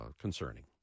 concerning